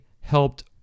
helped